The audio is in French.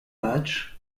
match